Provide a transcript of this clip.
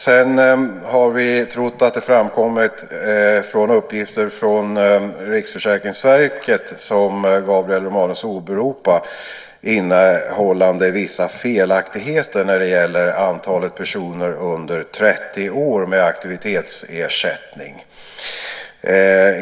Sedan har vi trott att det har framkommit att uppgifter från RFV som Gabriel Romanus åberopar innehåller vissa felaktigheter när det gäller antalet personer under 30 år med aktivitetsersättning.